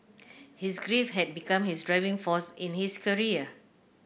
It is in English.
his grief had become his driving force in his career